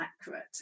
accurate